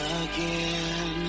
again